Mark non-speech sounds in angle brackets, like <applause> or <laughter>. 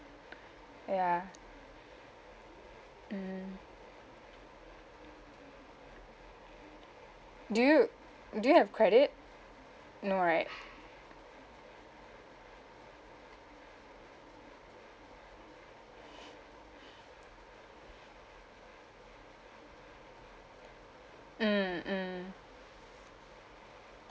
<breath> ya mmhmm do you do you have credit no right <breath> mm mm